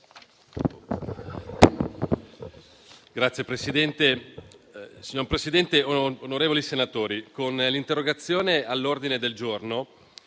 Signor Presidente, onorevoli senatori, con l'interrogazione all'ordine del giorno